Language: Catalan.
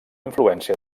influència